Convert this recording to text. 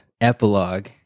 Epilogue